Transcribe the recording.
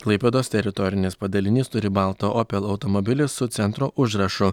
klaipėdos teritorinis padalinys turi baltą opel automobilį su centro užrašu